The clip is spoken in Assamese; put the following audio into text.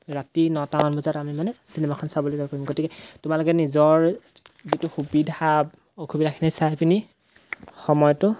ৰাতি নটামান বজাত আমি মানে চিনেমাখন চাবলৈ যাব পাৰিম গতিকে তোমালোকে নিজৰ যিটো সুবিধা অসুবিধাখিনি চাই পিনি সময়টো